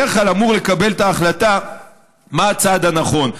בדרך כלל אמור לקבל את ההחלטה מה הצעד הנכון: